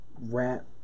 rap